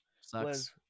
sucks